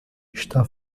está